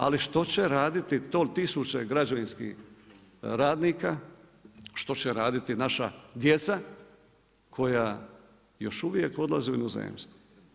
Ali što će raditi tisuće građevinskih radnika, što će raditi naša djeca koja još uvijek odlaze u inozemstvo?